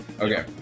Okay